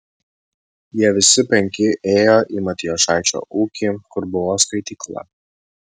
jie visi penki ėjo į matijošaičio ūkį kur buvo skaitykla